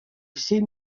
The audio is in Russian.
всей